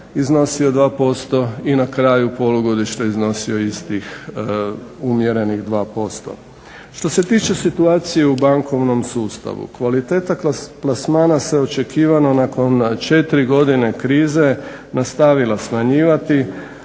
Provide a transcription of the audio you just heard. iznosio 2% i na kraju polugodišta iznosio isti umjerenih 2%. Što se tiče situacije u bankovnom sustavu kvaliteta plasmana se očekivano nakon 4 godine krize nastavila smanjivati